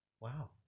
Wow